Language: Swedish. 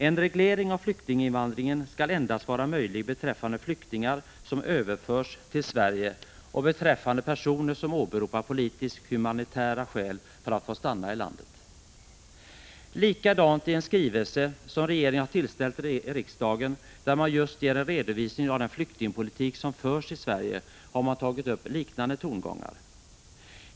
En reglering av flyktinginvandringen skall endast vara möjlig beträffande flyktingar som överförs till Sverige och beträffande personer som åberopar politisk-humanitära skäl för att få stanna i landet.” I en skrivelse som regeringen har tillställt riksdagen, där man just ger en redovisning av den flyktingpolitik som förs i Sverige, har tagits upp liknande tongångar.